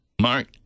Mark